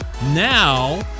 Now